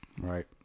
Right